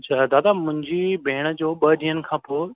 छाहे दादा मुंहिंजी भेण जो ॿ ॾींहनि खां पोइ